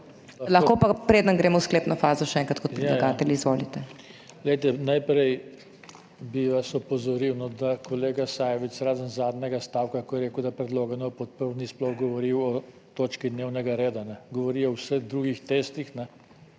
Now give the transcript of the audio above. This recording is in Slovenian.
Lahko pa preden gremo v sklepno fazo, še enkrat kot predlagatelj. Izvolite. **JOŽE TANKO (PS SDS):** Glejte, najprej bi vas opozoril, da kolega Sajovic razen zadnjega stavka, ko je rekel, da predloga ne bom podprl, ni sploh govoril o točki dnevnega reda, govoril je o vseh drugih testih, ne